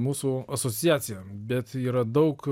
mūsų asociacija bet yra daug